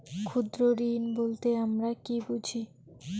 ক্ষুদ্র ঋণ বলতে আমরা কি বুঝি?